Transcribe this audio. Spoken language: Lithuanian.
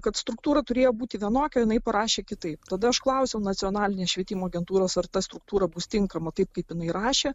kad struktūra turėjo būti vienokia o jinai parašė kitaip tada aš klausiau nacionalinės švietimo agentūros ar ta struktūra bus tinkama taip kaip jinai rašė